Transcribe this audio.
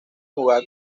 jugaba